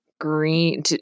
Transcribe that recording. green